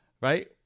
right